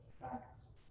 facts